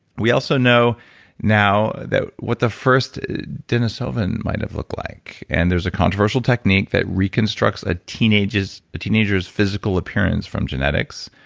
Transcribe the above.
we also know now that what the first denisovan might have looked like, and there's a controversial technique that reconstructs a teenager's a teenager's physical appearance from genetics.